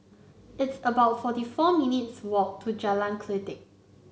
it's about forty four minutes' walk to Jalan Kledek